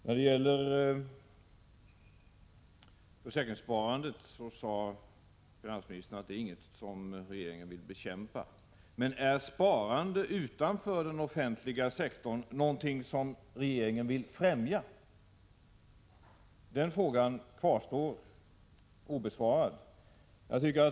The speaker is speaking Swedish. När det gäller försäkringssparandet sade finansministern att det inte är något som regeringen vill bekämpa. Men är sparande utanför den offentliga sektorn någonting som regeringen vill främja? Den frågan kvarstår obesvarad.